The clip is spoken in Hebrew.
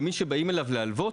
למי שבאים אליו להלוות,